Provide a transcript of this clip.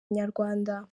inyarwanda